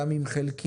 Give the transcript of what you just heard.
גם אם חלקי,